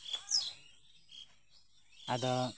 ᱟᱫᱚ